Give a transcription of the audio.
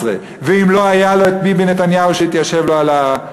11. ואם לא היה לו את ביבי נתניהו שהוא התיישב לו על הגב,